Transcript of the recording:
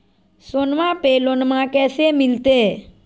सोनमा पे लोनमा कैसे मिलते?